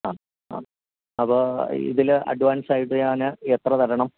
ആ ആ അപ്പോള് ഇതില് അഡ്വാൻസായിട്ട് ഞാന് എത്ര തരണം